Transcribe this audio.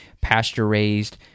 pasture-raised